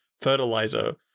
fertilizer